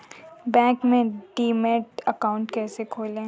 Bank में account अकाउंट कैसे खोलें?